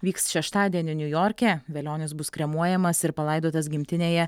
vyks šeštadienį niujorke velionis bus kremuojamas ir palaidotas gimtinėje